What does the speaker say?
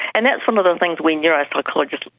and that's one of the things we neuropsychologists,